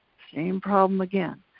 same problem again.